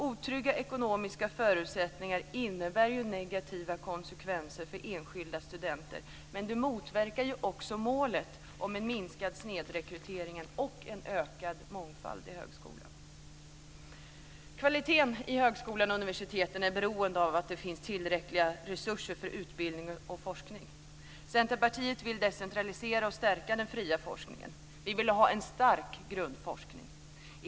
Otrygga ekonomiska förutsättningar innebär negativa konsekvenser för enskilda studenter, men det hindrar oss också att nå målet om en minskad snedrekrytering och en ökad mångfald i högskolan. Kvaliteten på högskolan och universiteten är beroende av att det finns tillräckliga resurser för utbildning och forskning. Centerpartiet vill decentralisera och stärka den fria forskningen. Vi vill ha en stark grundforskning.